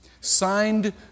signed